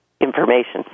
information